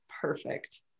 perfect